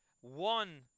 one